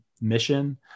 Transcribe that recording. mission